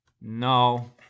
No